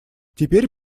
теперь